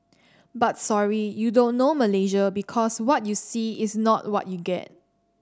but sorry you don't know Malaysia because what you see is not what you get